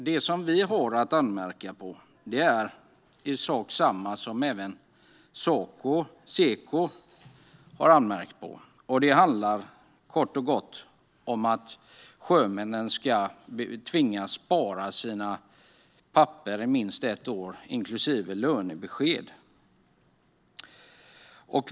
Det som vi har att anmärka på är i sak detsamma som Seko har anmärkt på. Det handlar kort och gott om att sjömännen ska tvingas att spara sina papper, inklusive lönebesked, i minst ett år.